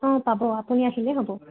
অঁ পাব আপুনি আহিলেই হ'ব